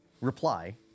reply